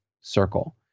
circle